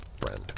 friend